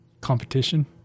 competition